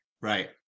right